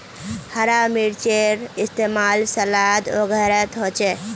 हरा मिर्चै इस्तेमाल सलाद वगैरहत होचे